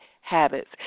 Habits